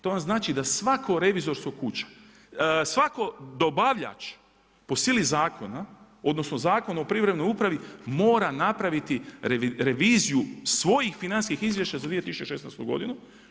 To vam znači da svaka revizorska kuća, svaki dobavljač po sili zakona, odnosno zakon o privremenoj upravi mora napraviti reviziju svojih financijskih izvješća za 2016. godinu.